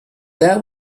that